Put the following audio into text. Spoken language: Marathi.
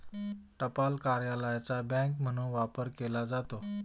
टपाल कार्यालयाचा बँक म्हणून वापर केला जातो